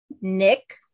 Nick